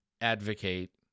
advocate